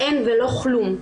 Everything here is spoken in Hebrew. אין ולא כלום.